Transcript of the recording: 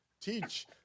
teach